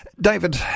David